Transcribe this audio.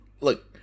Look